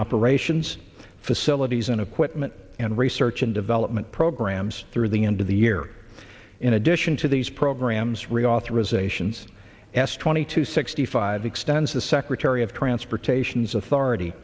operations facilities and equipment and research and development programs through the end of the year in addition to these programs reauthorization s twenty two sixty five extends the secretary of transportation as authority